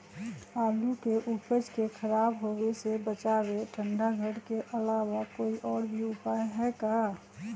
आलू के उपज के खराब होवे से बचाबे ठंडा घर के अलावा कोई और भी उपाय है का?